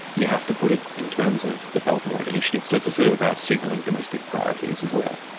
you have to put it in terms of the belt and road initiative. so it's sort of about signalling domestic priorities as well.